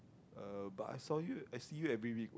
uh but I saw you I see you every week